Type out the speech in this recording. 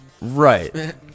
Right